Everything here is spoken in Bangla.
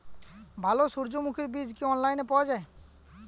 ভালো সূর্যমুখির বীজ কি অনলাইনে পাওয়া যায়?